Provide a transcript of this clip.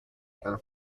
and